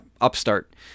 upstart